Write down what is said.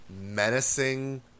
menacing